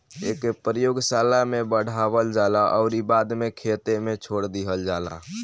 एके प्रयोगशाला में बढ़ावल जाला अउरी बाद में खेते में छोड़ दिहल जाला